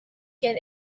can